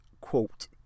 quote